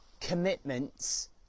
commitments